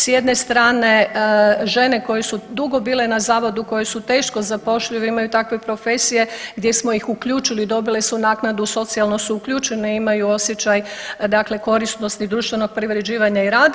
S jedne strane žene koje su dugo bile na zavodu, koje su teško zapošljive, imaju takve profesije gdje smo ih uključili dobile su naknadu, socijalno su uključene, imaju osjećaj dakle korisnosti društvenog privređivanja i rada.